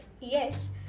yes